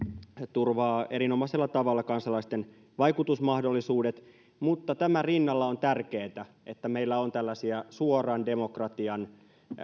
turvaa erinomaisella tavalla kansalaisten vaikutusmahdollisuudet mutta tämän rinnalla on tärkeätä että meillä on tällaisia suoran demokratian